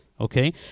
Okay